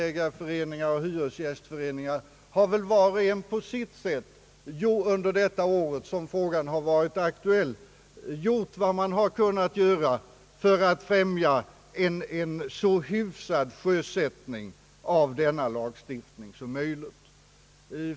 hyreslagstiftningen ägarföreningar och hyresgästföreningar, var och en på sitt sätt under det år som frågan har varit aktuell väl har gjort vad de har kunnat göra för att främja en så hyfsad sjösättning av denna lagstiftning som möjligt.